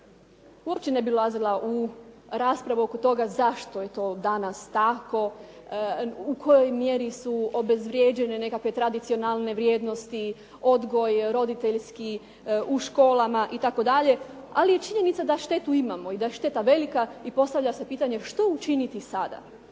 Uopće ne bi ulazila u raspravu oko toga zašto je to danas tako, u kojoj mjeri su obezvrijeđene nekakve tradicionalne vrijednosti, odgoj roditeljski, u školama itd., ali je činjenica da štetu imamo i da je šteta velika i postavlja se pitanje što učiniti sada.